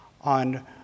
on